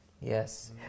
Yes